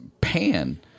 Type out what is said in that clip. pan